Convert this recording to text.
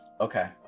okay